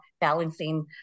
balancing